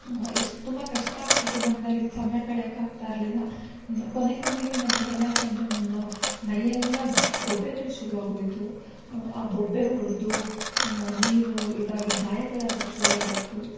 ಇಷ್ ತುಂಬ ಕಷ್ಟ ಆಗ್ತಿತ್ತು ನನ್ಗೆ ಅಲ್ಲಿ ಸಮಯ ಕಳೆಯೋಕೆ ಆಗ್ತಾಯಿರ್ಲಿಲ್ಲ ಕೊನೆ ಕೊನೆಗೆ ನನಗೆ ಏನಾಯಿತು ಅಂದರೆ ನನ್ನ ಮೈಯ್ಯೆಲ್ಲ ಬೊಬ್ಬೆಗಳು ಶುರುವಾಗಿ ಹೋಯ್ತು ಆ ಬೊಬ್ಬೆ ಹೊಡೆದು ನೀರು ಇದಾಗಿ ಗಾಯಗಳಾಗೋಕೆ ಶುರುವಾಗಿ ಹೋಯ್ತು